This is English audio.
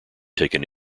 taken